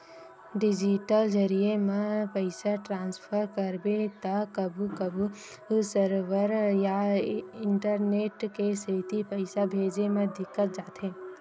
digital जरिए म पइसा ट्रांसफर करबे त कभू कभू सरवर या इंटरनेट के सेती पइसा भेजे म दिक्कत जाथे